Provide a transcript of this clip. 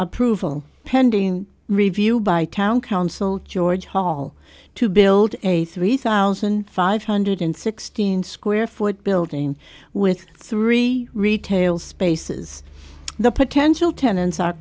approval pending review by town council george hall to build a three thousand five hundred sixteen square foot building with three retail spaces the potential tenants are